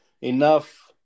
enough